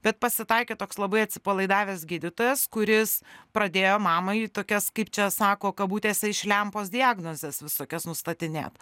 bet pasitaikė toks labai atsipalaidavęs gydytojas kuris pradėjo mamai tokias kaip čia sako kabutėse iš lempos diagnozes visokias nustatinėt